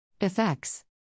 Effects